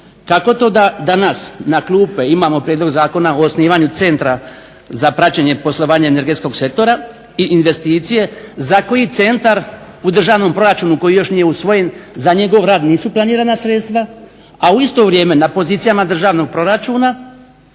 kako to da danas na klupe imamo Prijedlog zakona o osnivanju Centra za praćenje poslovanja energetskog sektora i investicije za koji centar u državnom proračunu koji još nije usvojen za njegov rad nisu planirana sredstva, a u isto vrijeme na pozicijama državnog proračuna